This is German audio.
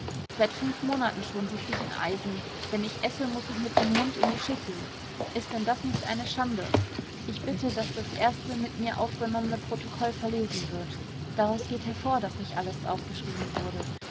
seit fünf monaten schon sitze ich in eisen wenn ich esse muß ich mit dem mund in die schüssel ist denn das nicht eine schade ich bitte daß das erste mit mir aufgenommene protokoll verlesen wird daraus geht hervor daß nicht alles aufgeschrieben wurde